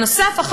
נוסף על כך,